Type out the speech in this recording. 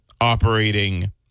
operating